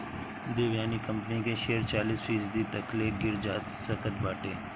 Devyani company के share चालीस फीसदी तकले गिर सकत बाटे